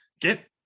Get